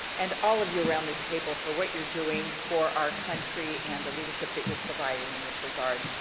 and all of you around the table for what you're doing for our country and the leadership that you're providing in this regard.